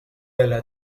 alla